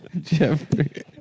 Jeffrey